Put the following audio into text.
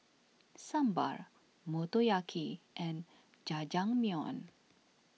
Sambar Motoyaki and Jajangmyeon